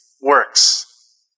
works